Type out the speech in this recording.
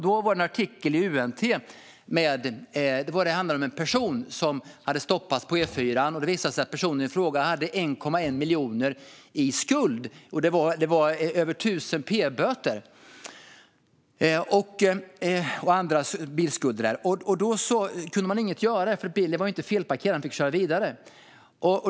Då var det en artikel i UNT som handlade om en person som stoppats på E4, och det visade sig att personen i fråga hade 1,1 miljoner i skuld och över 1 000 p-böter och andra bilskulder. Då kunde man inget göra, för han hade inte felparkerat. Han fick köra vidare.